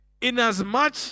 Inasmuch